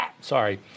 Sorry